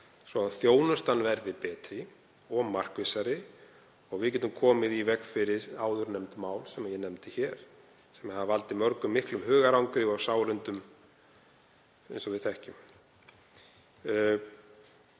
svo að þjónustan verði betri og markvissari og við getum komið í veg fyrir áðurnefnd mál sem hafa valdið mörgum miklu hugarangri og sárindum eins og við þekkjum.